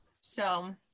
So-